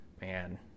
man